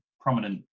prominent